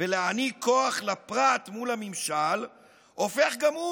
ולהעניק כוח לפרט מול הממשל הופך גם הוא